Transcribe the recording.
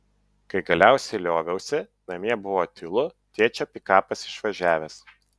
kai galiausiai lioviausi namie buvo tylu tėčio pikapas išvažiavęs